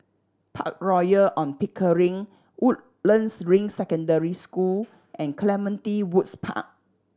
Park Royal On Pickering Woodlands Ring Secondary School and Clementi Woods Park